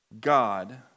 God